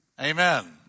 Amen